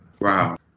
Wow